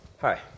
hi